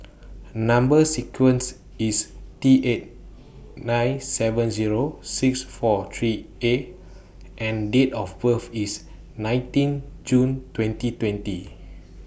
Number sequence IS T eight nine seven Zero six four three A and Date of birth IS nineteen June twenty twenty